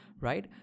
right